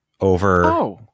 over